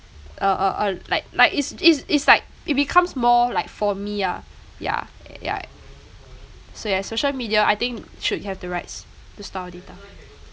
uh uh uh like like it's it's it's like it becomes more like for me ah ya ya so as social media I think should have the rights to store data